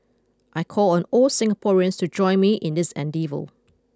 I call on all Singaporeans to join me in this endeavour